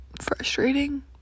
frustrating